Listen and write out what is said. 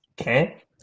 Okay